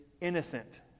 innocent